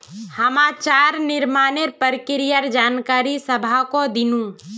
हामी चारा निर्माणेर प्रक्रियार जानकारी सबाहको दिनु